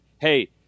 Hey